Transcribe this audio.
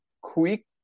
quick